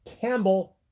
Campbell